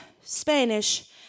Spanish